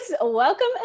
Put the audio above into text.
Welcome